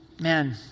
Man